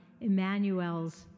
Emmanuel's